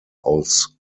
aus